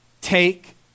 take